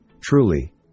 Truly